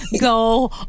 go